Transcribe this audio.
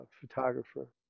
photographer